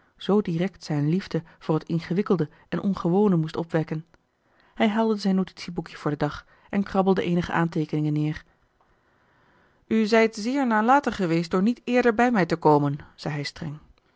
zoo direct zijn liefde voor het ingewikkelde en ongewone moest opwekken hij haalde zijn notitieboekje voor den dag en krabbelde eenige aanteekeningen neer u zijt zeer nalatig geweest door niet eerder bij mij te komen zei hij streng